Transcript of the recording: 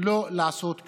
לא לעשות כלום.